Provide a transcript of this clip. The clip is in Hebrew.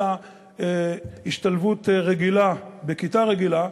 אלא השתלבות רגילה בכיתה רגילה,